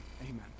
Amen